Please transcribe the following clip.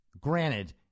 Granted